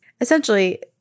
essentially